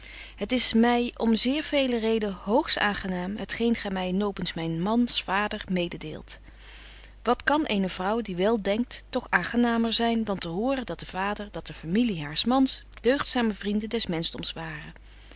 het is my om zeer vele reden hoogstaangenaam het geen gy my nopens myn mans vader mededeelt wat kan eene vrouw die wel denkt toch aangenamer zyn dan te horen dat de vader dat de familie haars mans deugdzame vrienden des menschdoms waren